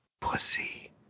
Pussy